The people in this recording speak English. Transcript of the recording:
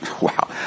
Wow